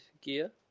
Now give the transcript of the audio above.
gear